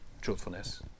truthfulness